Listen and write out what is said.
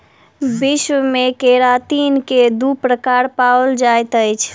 विश्व मे केरातिन के दू प्रकार पाओल जाइत अछि